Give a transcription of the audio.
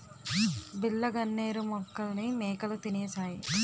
బిళ్ళ గన్నేరు మొక్కల్ని మేకలు తినేశాయి